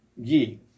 Yi